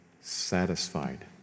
satisfied